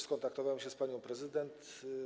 Skontaktowałem się z panią prezydent.